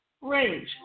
range